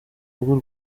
bw’u